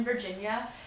Virginia